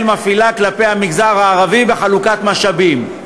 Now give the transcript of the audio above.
מפעילה כלפי המגזר הערבי בחלוקת משאבים.